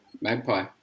magpie